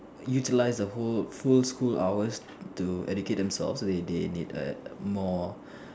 utilize a whole full school hours to educate themselves so that they need more